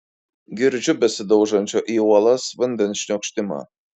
girdžiu besidaužančio į uolas vandens šniokštimą